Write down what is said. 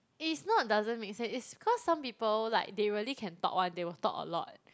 eh is not doesn't make sense is cause some people like they really can talk one they will talk a lot